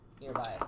nearby